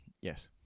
Yes